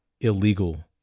illegal